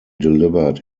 delivered